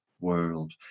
world